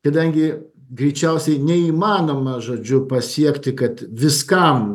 kadangi greičiausiai neįmanoma žodžiu pasiekti kad viskam